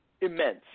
immense